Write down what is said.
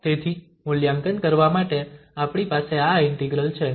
તેથી મૂલ્યાંકન કરવા માટે આપણી પાસે આ ઇન્ટિગ્રલ છે